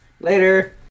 Later